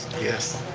yes.